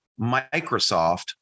Microsoft